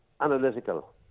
analytical